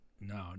No